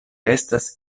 estas